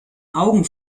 augen